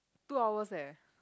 two hours eh